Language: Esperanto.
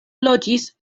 loĝis